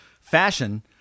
fashion